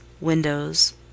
windows